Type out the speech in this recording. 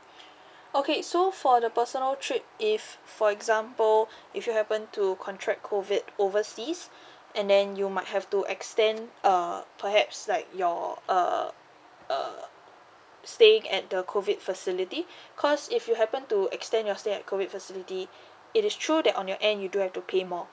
okay so for the personal trip if for example if you happen to contract COVID overseas and then you might have to extend err perhaps like your uh uh staying at the COVID facility cause if you happen to extend your stay at COVID facility it is true that on your end you do have to pay more